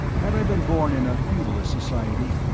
had i been born in a feudalist society,